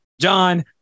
John